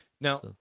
Now